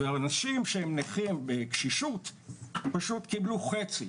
אנשים שהם נכים בקשישות פשוט קיבלו חצי,